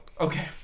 Okay